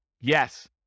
Yes